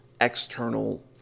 external